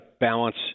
balance